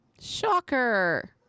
Shocker